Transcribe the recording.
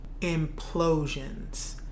implosions